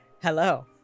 Hello